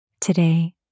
Today